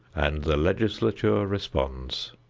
and the legislature responds.